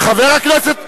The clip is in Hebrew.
שאבו מאזן יאמר,